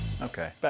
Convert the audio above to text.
Okay